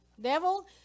Devil